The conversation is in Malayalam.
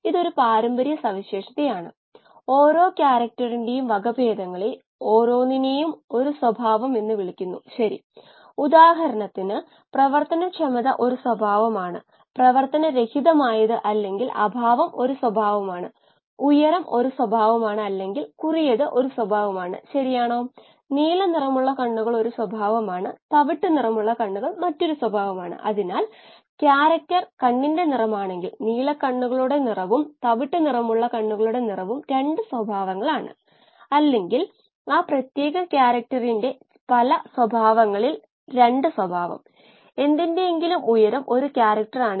ഇത് ഇവിടെ പ്രതീക്ഷിക്കപ്പെടേണ്ട ഒരു രേഖീയമല്ലാത്ത വരയാണ് രേഖീയത ഒരുപക്ഷേ ഇവിടെ ആരംഭിച്ച് മുകളിലേക്ക് പോകുന്നു അതിനാൽ നമ്മൾ ഈ സ്ഥലത്തെ മാത്രം കണക്കാക്കാൻ പോകുന്നു 𝑘𝐿𝑎 നമ്മൾ ഈ പ്രത്യേക സ്ഥലത്തെ സ്ലോപ് മാത്രം നോക്കുന്നു